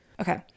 Okay